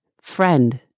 Friend